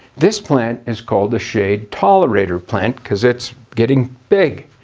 this plant is called the shade tolerator plant because it's getting big.